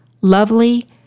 lovely